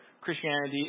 Christianity